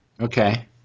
Okay